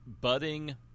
budding